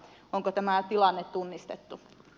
onko tämä tilanne tunnistettu